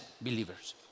believers